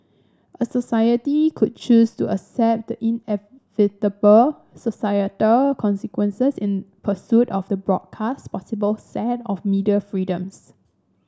a society could choose to accept the inevitable societal consequences in pursuit of the broadcast possible set of media freedoms